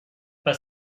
pas